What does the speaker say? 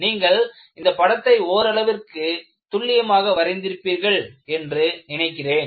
நீங்கள் இந்த படத்தை ஓரளவிற்கு துல்லியமாக வரைந்திருப்பீர்கள் என்று நினைக்கிறேன்